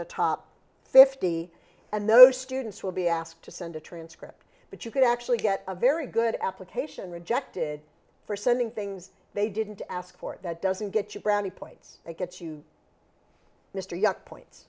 the top fifty and no students will be asked to send a transcript but you could actually get a very good application rejected for sending things they didn't ask for that doesn't get you brownie points it gets you mr young points